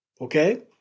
Okay